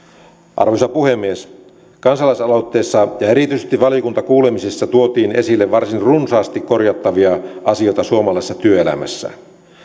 arvoisa puhemies kansalaisaloitteessa ja erityisesti valiokuntakuulemisissa tuotiin esille varsin runsaasti korjattavia asioita suomalaisessa työelämässä